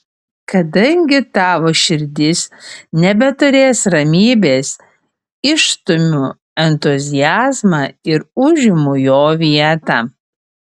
kadangi tavo širdis nebeturės ramybės išstumiu entuziazmą ir užimu jo vietą